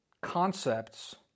concepts